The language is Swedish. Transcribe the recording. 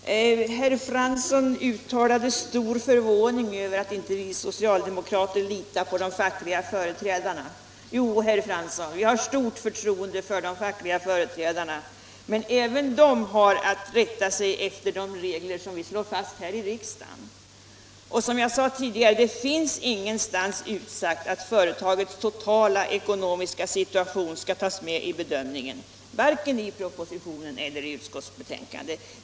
Nr 129 Herr talman! Herr Fransson uttalade stor förvåning över att vi socialdemokrater inte skulle lita på de fackliga företrädarna. Jo, herr Fransson, vi har stort förtroende för de fackliga företrädarna. Menäven I dessa har ju att rätta sig efter de regler vi slår fast här i riksdagen. Vissa industri och Och som jag tidigare sade: Det finns ingenstans utsagt, vare sig i = sysselsättningsstipropositionen eller i utskottsbetänkandet, att företagets totala eko mulerande åtgärnomiska situation skall tas med i bedömningen.